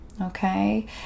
okay